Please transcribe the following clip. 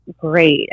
great